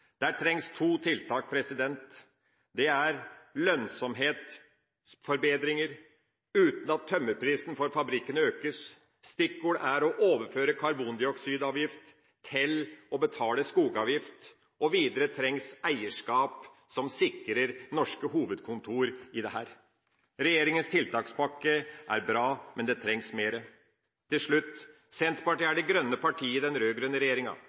trengs to tiltak: Det er lønnsomhetsforbedringer uten at tømmerprisen for fabrikkene økes, stikkord er å overføre karbondioksidavgift til å betale skogavgift, og videre trengs eierskap som sikrer norske hovedkontor i dette. Regjeringas tiltakspakke er bra, men det trengs mer. Til slutt: Senterpartiet er det grønne partiet i den rød-grønne regjeringa.